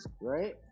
right